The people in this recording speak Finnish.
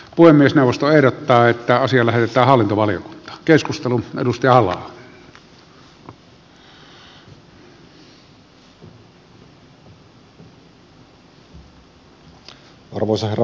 olen myös jaosto ehdottaa että asian että hallintovalio keskustan arvoisa herra puhemies